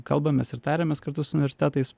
kalbamės ir tariamės kartu su universitetais